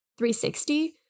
360